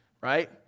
right